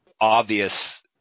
obvious